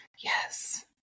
Yes